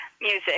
music